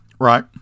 Right